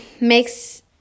makes